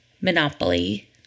monopoly